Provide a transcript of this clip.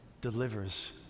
delivers